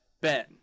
Ben